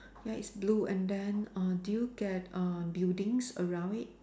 ya it's blue and then uh do you get uh buildings around it